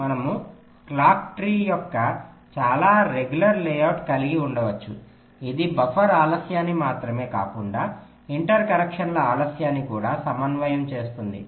మనము clock tree యొక్క చాలా రెగ్యులర్ లేఅవుట్ను కలిగి ఉండవచ్చు ఇది బఫర్ ఆలస్యాన్ని మాత్రమే కాకుండా ఇంటర్ కనెక్షన్ల ఆలస్యాన్ని కూడా సమన్వయము చేస్తుంది